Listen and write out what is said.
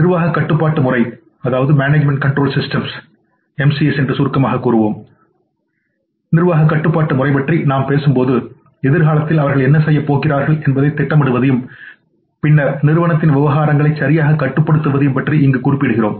நிர்வாகக் கட்டுப்பாட்டு முறை பற்றிநாம் பேசும்போதுஎதிர்காலத்தில்அவர்கள்என்ன செய்யப் போகிறார்கள் என்பதைத்திட்டமிடுவதையும்பின்னர் நிறுவனத்தின் விவகாரங்களை சரியாகக் கட்டுப்படுத்துவதையும்பற்றிஇங்கு குறிப்பிடுகிறோம்